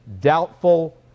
doubtful